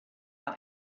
our